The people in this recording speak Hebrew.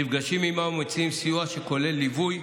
נפגשים עימם ומציגים סיוע שכולל ליווי,